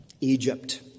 Egypt